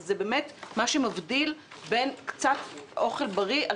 זה באמת מה שמבדיל ונותן קצת אוכל בריא על